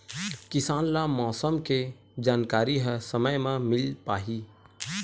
किसान ल मौसम के जानकारी ह समय म मिल पाही?